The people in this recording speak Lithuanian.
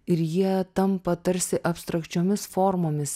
ir jie tampa tarsi abstrakčiomis formomis